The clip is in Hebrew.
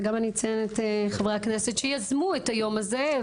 וגם אני אציין את חברי הכנסת שיזמו את היום הזה,